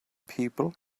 people